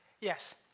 Yes